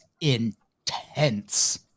intense